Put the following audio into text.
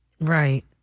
Right